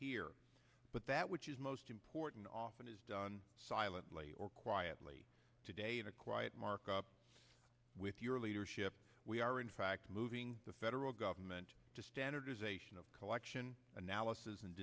here but that which is most important often is done silently or quietly today in a quiet markup with your leadership we are in fact moving the federal government to standardization of collection analysis and